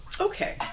Okay